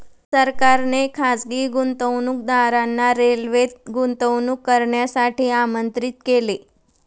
सरकारने खासगी गुंतवणूकदारांना रेल्वेत गुंतवणूक करण्यासाठी आमंत्रित केले